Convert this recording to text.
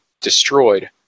destroyed